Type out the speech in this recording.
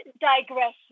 digression